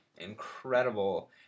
incredible